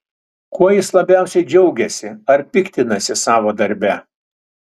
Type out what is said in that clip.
kuo jis labiausiai džiaugiasi ar piktinasi savo darbe